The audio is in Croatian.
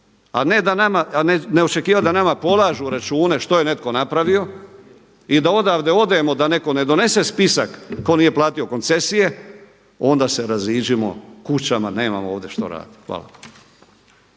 da ne očekivati da nama polažu račune što je netko napravio i da odavde odemo da netko ne donese spisak tko nije platio koncesije onda se raziđimo kućama, nemamo ovdje što raditi. Hvala.